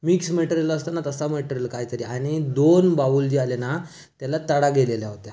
mix material असतं ना तसा मटेरिल काहीतरी आणि दोन बाउल जे आले ना त्याला तडा गेलेल्या होत्या